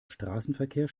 straßenverkehr